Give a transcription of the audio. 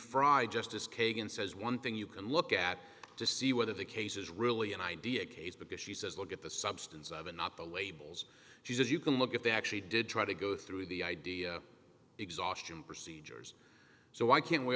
fried justice kagan says one thing you can look at to see whether the case is really an idea case because she says look at the substance of it not the labels she says you can look at they actually did try to go through the idea exhaustion procedures so why can't we